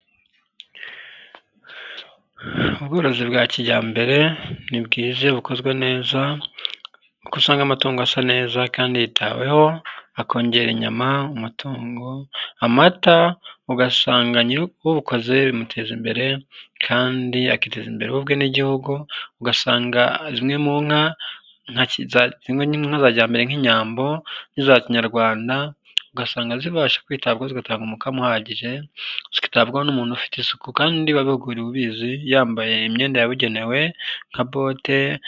Ubworozi bwa kijyambere ni bwiza iyo bukozwe neza kuko usanga amatungo asa neza kandi yitaweho akongera inyama, umutungo, amata, ugasanga uwukoze bimuteza imbere kandi akiteza imbere we ubwe n'igihugu ugasanga zimwe mu nka za kijyambere nk'inyambo za Kinyarwanda ugasanga zibasha kwitabwaho zigatanga umukamo uhagije zitabwaho n'umuntu ufite isuku kandi wabihuguriwe ubizi yambaye imyenda yabugenewe nka bote.